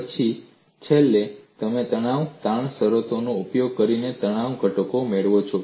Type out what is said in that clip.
પછી છેલ્લે તમે તણાવ તાણ શરતોનો ઉપયોગ કરીને તણાવ ઘટકો મેળવો છો